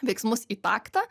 veiksmus į taktą